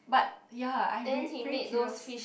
but ya I'm ve~ very curious